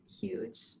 huge